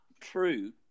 true